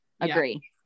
agree